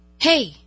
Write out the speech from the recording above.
hey